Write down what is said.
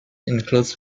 includes